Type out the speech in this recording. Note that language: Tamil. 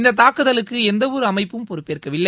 இந்த தாக்குதலுக்கு எந்தவொரு அமைப்பும் பொறுப்பேற்கவில்லை